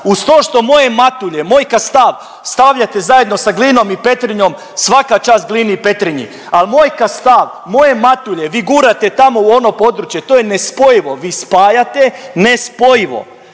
uz to što moje Matulje, moj Kastav stavljate zajedno sa Glinom i Petrinjom. Svaka čast Glini i Petrinji, ali moj Kastav, moje Matulje vi gurate tamo u ono područje, to je nespojivo. Vi spajate nespojivo.